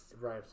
Right